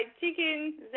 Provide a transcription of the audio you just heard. chicken